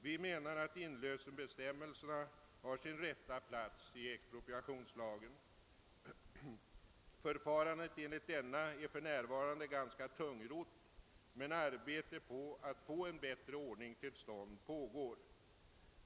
Vi menar att inlösenbestämmelserna har sin rätta plats i expropriationslagen. Förfarandet enligt denna är för närvarande ganska tungrott, men arbete med att få en bättre ordning till stånd pågår.